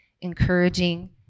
encouraging